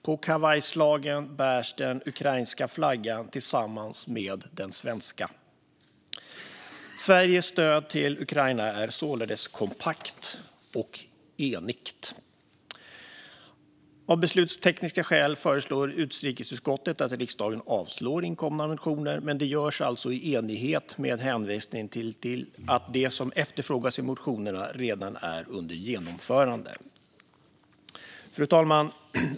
På kavajslagen bärs den ukrainska flaggan tillsammans med den svenska. Sveriges stöd till Ukraina är således kompakt och enigt. Av beslutstekniska skäl föreslår utrikesutskottet att riksdagen avslår inkomna motioner, men det görs alltså i enighet med hänvisning till att det som efterfrågas i motionerna redan är under genomförande. Fru talman!